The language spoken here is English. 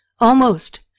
Almost